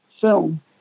film